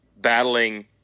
battling